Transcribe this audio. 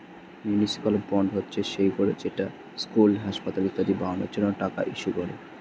municipal bond হচ্ছে সেইগুলো যেটা স্কুল, হাসপাতাল ইত্যাদি বানানোর জন্য টাকা ইস্যু করে